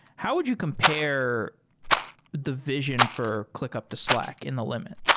how would you compare division for clickup to slack in the limit?